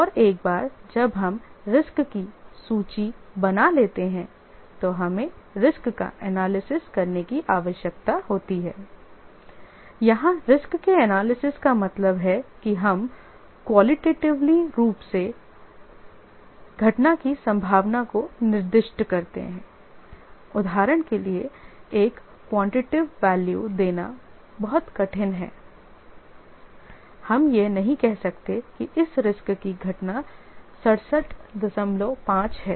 और एक बार जब हम रिस्क की सूची बना लेते हैं तो हमें रिस्क का एनालिसिस करने की आवश्यकता होती है यहां रिस्क के एनालिसिस का मतलब है कि हम क्वालिटेटिवली रूप से घटना की संभावना को निर्दिष्ट करते हैं उदाहरण के लिए एक क्वांटिटीव वैल्यू देना बहुत कठिन होगा हम यह नहीं कह सकते कि इस रिस्क की घटना 665 है